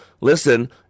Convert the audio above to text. listen